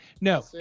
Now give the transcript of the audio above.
No